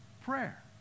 prayer